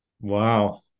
Wow